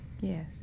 yes